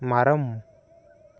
மரம்